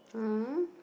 uh